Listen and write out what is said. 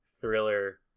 Thriller